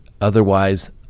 otherwise